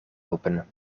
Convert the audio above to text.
open